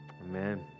Amen